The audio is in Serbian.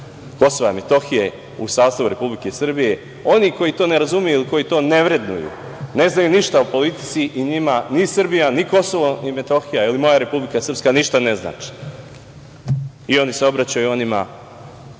statusa KiM u sastavu Republike Srbije. Oni koji to ne razumeju, koji to ne vrednuju, ne znaju ništa o politici i njima ni Srbija, ni KiM, ili moja Republika Srpska, ništa ne znače. Oni se obraćaju onima